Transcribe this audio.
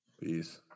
Peace